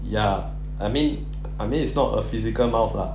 ya I mean I mean it's not a physical mouse lah